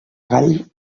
gall